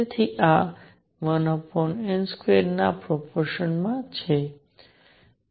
તેથી આ 1 n2ના પ્રપોર્શનલ માં છે